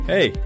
Hey